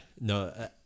no